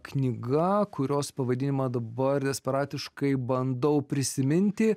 knyga kurios pavadinimą dabar desperatiškai bandau prisiminti